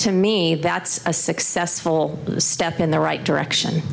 to me that's a successful step in the right direction